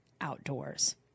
outdoors